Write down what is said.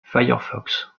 firefox